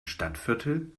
stadtviertel